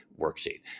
worksheet